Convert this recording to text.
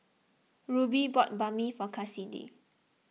Ruby bought Banh Mi for Kassidy